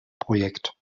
projekt